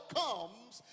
comes